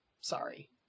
sorry